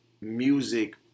music